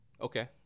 Okay